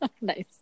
Nice